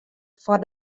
foar